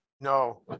no